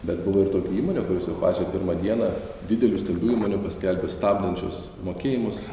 bet buvo ir tokių įmonių kurios jau pačią pirmą dieną didelių stambių įmonių paskelbė stabdančios mokėjimus